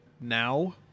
Now